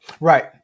Right